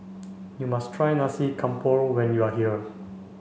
you must try Nasi Campur when you are here